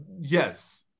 Yes